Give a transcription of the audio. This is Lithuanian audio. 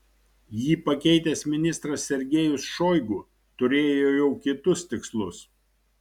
jį pakeitęs ministras sergejus šoigu turėjo jau kitus tikslus